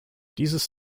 dieses